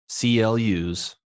CLUs